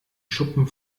schuppen